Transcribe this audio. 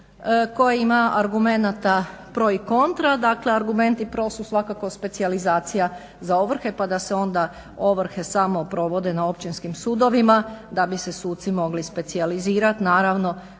koja ima argumenata pro i kontra. Dakle, argumenti pro su svakako specijalizacija za ovrhe pa da se onda ovrhe samo provode na općinskim sudovima da bi se suci mogli specijalizirati.